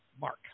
Mark